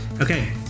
Okay